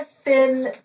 thin